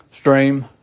stream